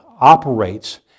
operates